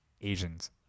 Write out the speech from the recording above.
Asians